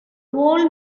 old